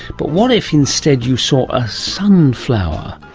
but what if instead you saw a sunflower,